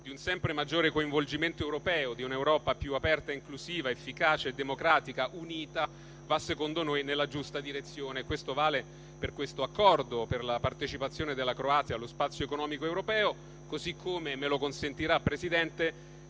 di un sempre maggiore coinvolgimento europeo, di un'Europa più aperta e inclusiva, efficace e democratica, unita, lo fa nella giusta maniera. Questo vale per la partecipazione della Croazia allo Spazio economico europeo, così come - me lo consentirà, Presidente